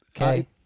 Okay